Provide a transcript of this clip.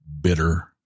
bitter